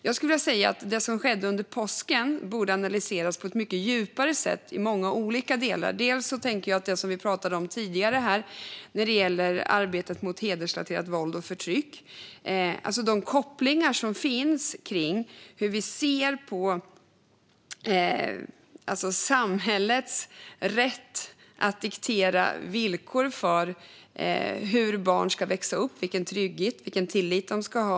Jag skulle vilja säga att det som skedde under påsken borde analyseras på ett mycket djupare sätt i många olika delar. Då tänker jag bland annat på det vi pratade om tidigare när det gäller arbetet mot hedersrelaterat våld och förtryck och de kopplingar som finns kring hur vi ser på samhällets rätt att diktera villkoren för hur barn ska växa upp och vilken trygghet och tillit de ska ha.